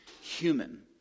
human